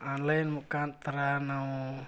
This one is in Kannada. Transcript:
ಆನ್ಲೈನ್ ಮುಖಾಂತರ ನಾವು